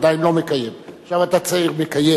עדיין לא מקיים, עכשיו אתה צעיר מקיים.